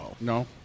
No